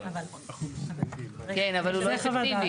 כן, אבל הוא לא אפקטיבי.